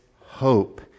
hope